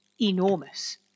enormous